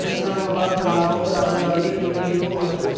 Islamabad Lahore Abu Dhabi Tokyo Moscow